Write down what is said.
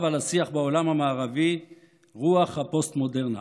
ועל השיח בעולם המערבי רוח הפוסט-מודרנה.